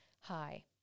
Hi